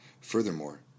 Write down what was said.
Furthermore